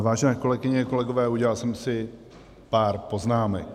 Vážené kolegyně, kolegové, udělal jsem si pár poznámek.